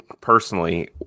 personally